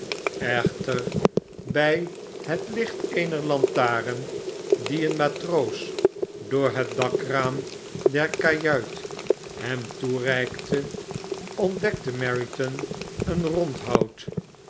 echter bij het licht eener lantaarn die een matroos door het dakraam der kajuit hem toereikte pntdekte meriton een rondhout